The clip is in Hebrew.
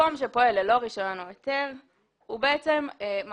מקום שפועל ללא רישיון או היתר הוא בעצם מקום